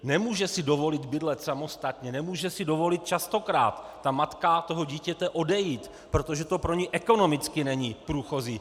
Nemůže si dovolit bydlet samostatně, nemůže si dovolit častokrát matka toho dítěte odejít, protože to pro ni ekonomicky není průchozí.